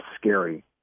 scary